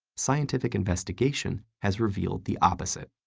scientific investigation has revealed the opposite.